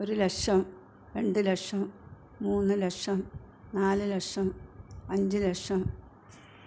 ഒരു ലക്ഷം രണ്ട് ലക്ഷം മൂന്ന് ലക്ഷം നാല് ലക്ഷം അഞ്ച് ലക്ഷം